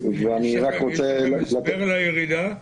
יש לכם הסבר לירידה?